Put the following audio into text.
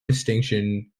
distinction